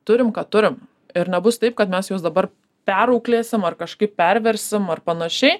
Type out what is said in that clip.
turim ką turim ir nebus taip kad mes juos dabar perauklėsim ar kažkaip perversim ar panašiai